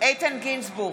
איתן גינזבורג,